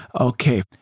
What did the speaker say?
Okay